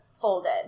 folded